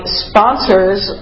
sponsors